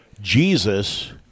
Jesus